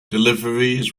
deliveries